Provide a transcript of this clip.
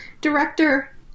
director